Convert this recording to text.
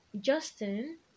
Justin